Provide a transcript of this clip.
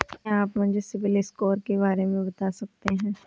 क्या आप मुझे सिबिल स्कोर के बारे में बता सकते हैं?